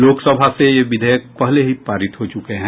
लोकसभा से ये विधेयक पहले ही पारित हो चुके हैं